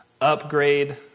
upgrade